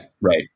right